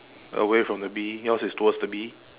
away from the bee yours is towards the bee